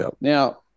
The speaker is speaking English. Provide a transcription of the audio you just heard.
Now